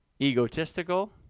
Egotistical